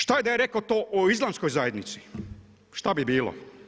Šta da je rekao to o Islamskoj zajednici, šta bi bilo?